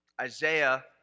Isaiah